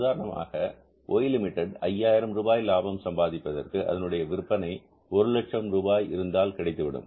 உதாரணமாக நாம் Y limited 5 ஆயிரம் ரூபாய் லாபத்தை சம்பாதிப்பதற்கு அதனுடைய விற்பனை 100000 ரூபாய் இருந்தால் கிடைத்துவிடும்